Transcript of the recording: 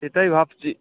সেটাই ভাবছি